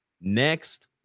next